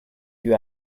you